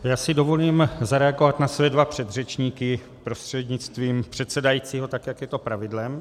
Já si dovolím zareagovat na své dva předřečníky prostřednictvím předsedajícího, tak jak je to pravidlem.